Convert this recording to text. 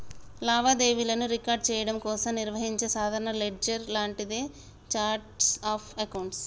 లావాదేవీలను రికార్డ్ చెయ్యడం కోసం నిర్వహించే సాధారణ లెడ్జర్ లాంటిదే ఛార్ట్ ఆఫ్ అకౌంట్స్